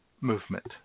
movement